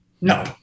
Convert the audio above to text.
No